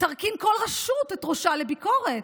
תרכין כל רשות את ראשה לביקורת,